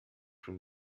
schon